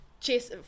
chase